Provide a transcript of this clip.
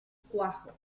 cuajo